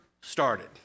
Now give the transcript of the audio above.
started